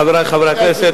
חברי חברי הכנסת,